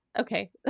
okay